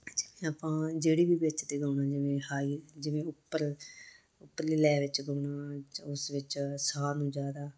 ਜਿਵੇਂ ਆਪਾਂ ਜਿਹੜੀ ਵੀ ਵਿੱਚ ਅਤੇ ਗਾਉਣਾ ਜਿਵੇਂ ਹਾਈ ਜਿਵੇਂ ਉੱਪਰ ਉਪਰਲੇ ਲੈਅ ਵਿੱਚ ਗਾਉਣਾ ਜਾਂ ਉਸ ਵਿੱਚ ਸਾਹ ਨੂੰ ਜ਼ਿਆਦਾ